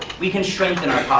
we can strengthen our